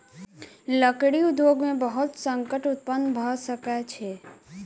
लकड़ी उद्योग में बहुत संकट उत्पन्न भअ सकै छै